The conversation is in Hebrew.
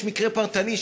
יש מקרה פרטני,